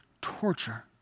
torture